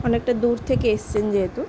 অনেকটা দূর থেকে এসছেন যেহেতু